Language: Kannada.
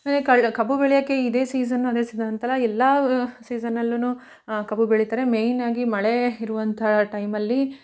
ಕಬ್ಬು ಬೆಳೆಯೋಕ್ಕೆ ಇದೇ ಸೀಸನ್ನು ಅದೇ ಸೀಸನ್ ಅಂತಲ್ಲ ಎಲ್ಲ ಸೀಸನಲ್ಲೂ ಕಬ್ಬು ಬೆಳಿತಾರೆ ಮೇಯ್ನಾಗಿ ಮಳೆ ಇರುವಂಥ ಟೈಮಲ್ಲಿ